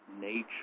nature